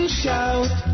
shout